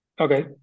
Okay